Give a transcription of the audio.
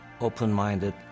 open-minded